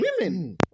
women